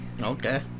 Okay